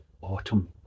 autumn